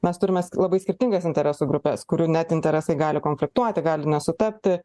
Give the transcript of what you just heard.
mes turim mes labai skirtingas interesų grupes kurių net interesai gali konfliktuoti gali nesutapti